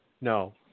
No